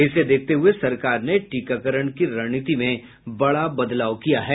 इसे देखते हुए सरकार ने टीकाकरण की रणनीति में बड़ा बदलाव किया है